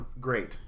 great